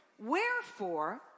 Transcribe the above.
wherefore